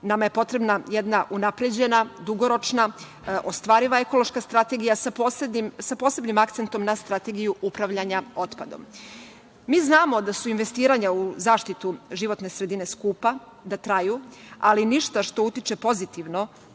Nama je potrebna jedna unapređena, dugoročna, ostvariva ekološka strategija sa posebnim akcentom na strategiju upravljanja otpadom. Mi znamo da su investiranja u zaštitu životne sredine skupa, da traju, ali ništa što utiče pozitivno